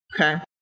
okay